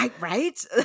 right